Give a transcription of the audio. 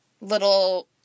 little